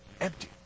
Empty